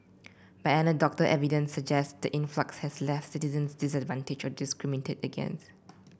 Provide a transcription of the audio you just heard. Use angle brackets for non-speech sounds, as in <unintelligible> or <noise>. but anecdotal evidence suggest the influx has left <unintelligible> citizen by <unintelligible> discriminated again